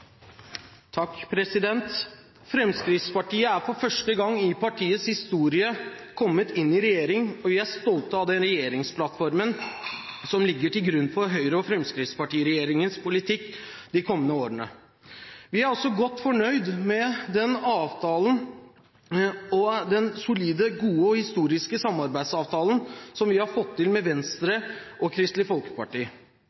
for første gang i partiets historie kommet inn i regjering, og vi er stolte av den regjeringsplattformen som ligger til grunn for Høyre–Fremskrittsparti-regjeringens politikk de kommende årene. Vi er også godt fornøyd med den avtalen – den solide, gode og historiske samarbeidsavtalen – vi har fått til med Venstre